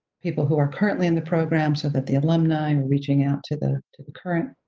people who are currently in the program so that the alumni reaching out to the to the current